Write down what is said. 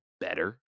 better